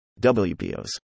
WPOs